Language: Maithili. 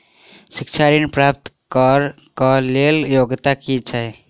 शिक्षा ऋण प्राप्त करऽ कऽ लेल योग्यता की छई?